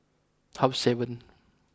half seven